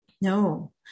No